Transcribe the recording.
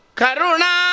karuna